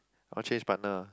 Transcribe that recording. oh change partner